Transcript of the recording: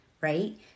right